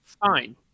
fine